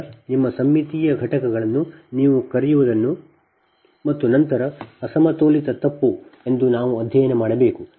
ನಂತರ ನಿಮ್ಮ ಸಮ್ಮಿತೀಯ ಘಟಕಗಳನ್ನು ನೀವು ಕರೆಯುವುದನ್ನು ಮತ್ತು ನಂತರ ಅಸಮತೋಲಿತ ತಪ್ಪು ಎಂದು ನಾವು ಅಧ್ಯಯನ ಮಾಡಬೇಕು